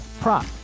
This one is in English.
prop